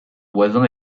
voisin